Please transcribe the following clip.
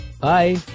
Bye